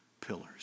pillars